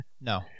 No